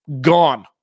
gone